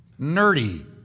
nerdy